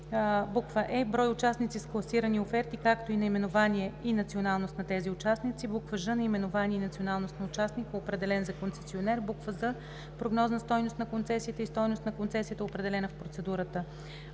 е) брой участници с класирани оферти, както и наименование и националност на тези участници; ж) наименование и националност на участника, определен за концесионер; з) прогнозна стойност на концесията и стойност на концесията, определена в процедурата;